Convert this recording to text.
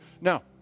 Now